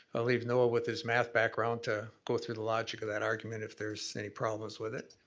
i'll leave noah with his math background to go through the logic of that argument if there's any problems with it.